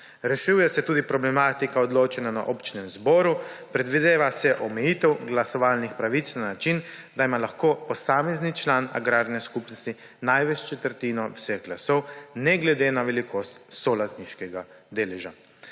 Rešuje se tudi problematika odločanja na občnem zboru, predvideva se omejitev glasovalnih pravic na način, da ima lahko posamezni član agrarne skupnosti največ četrtino vseh glasov, ne glede na velikost solastniškega deleža.